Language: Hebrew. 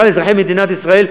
ובכלל לאזרחי מדינת ישראל,